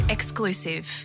Exclusive